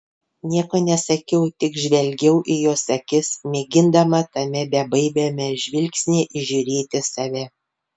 nieko nesakiau tik žvelgiau į jos akis mėgindama tame bebaimiame žvilgsnyje įžiūrėti save